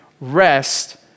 rest